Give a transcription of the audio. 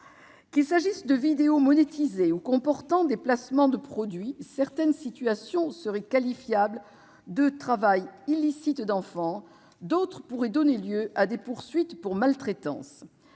Qu'il s'agisse de vidéos monétisées ou visant au placement de produits, certaines situations seraient qualifiables de travail illicite d'enfants, d'autres pourraient donner lieu à des poursuites pour maltraitance.